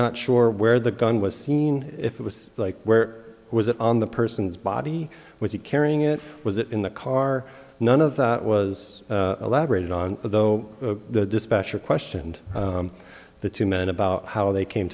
not sure where the gun was seen if it was like where was it on the person's body was he carrying it was it in the car none of that was elaborated on though the dispatcher questioned the two men about how they came